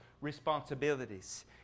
responsibilities